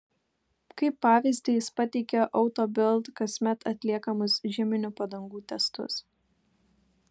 kaip pavyzdį jis pateikė auto bild kasmet atliekamus žieminių padangų testus